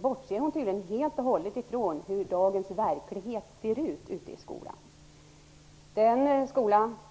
bortser hon tydligen helt och hållet från hur dagens verklighet i skolan ser ut.